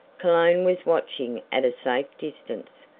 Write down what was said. cologne was watching at a safe distance.